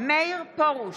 מאיר פרוש,